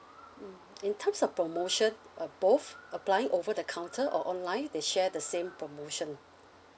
mm in terms of promotion uh both applying over the counter or online they share the same promotion